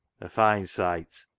a fine sight.